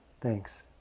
Thanks